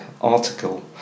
article